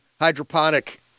hydroponic